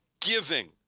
giving